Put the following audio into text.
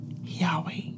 Yahweh